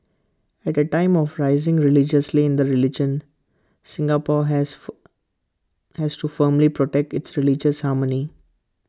at A time of rising religiosity in the religion Singapore has fur has to firmly protect its religious harmony